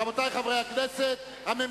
אדוני השר המקשר,